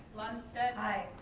lundsted. aye.